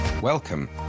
Welcome